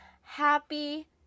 Happy